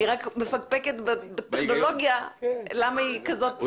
אני רק מפקפקת בטכנולוגיה, למה היא כזאת מפגרת.